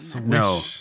No